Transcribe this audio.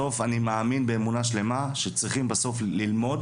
אני מאמין באמונה שלמה שצריכים בסוף ללמוד